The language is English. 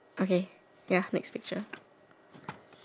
ya it's a